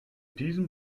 diesem